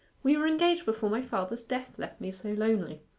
we were engaged before my father's death left me so lonely.